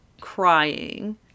crying